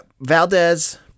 Valdez